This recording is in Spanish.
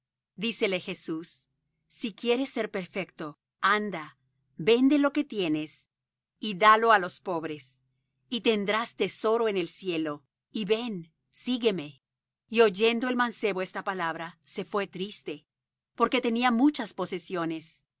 dícele jesús si quieres ser perfecto anda vende lo que tienes y da lo á los pobres y tendrás tesoro en el cielo y ven sígueme y oyendo el mancebo esta palabra se fué triste porque tenía muchas posesiones